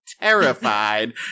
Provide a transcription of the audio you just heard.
terrified